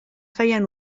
feien